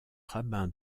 rabbin